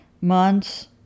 months